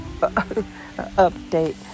update